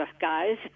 guys